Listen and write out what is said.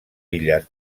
illes